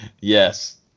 Yes